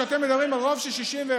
כשאתם מדברים על רוב של 61,